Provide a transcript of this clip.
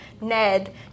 Ned